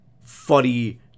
funny